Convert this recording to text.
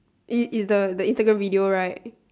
it it's a instagram video right